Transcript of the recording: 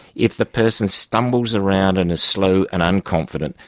if the person stumbles around and is slow and unconfident,